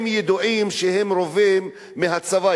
ידוע שהם רובים מהצבא.